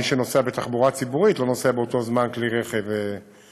מי שנוסע בתחבורה ציבורית לא נוסע באותו זמן בכלי רכב פרטי,